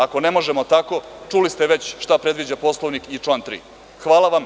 Ako ne možemo tako, čuli ste već šta predviđa Poslovnik i član 3. Hvala vam.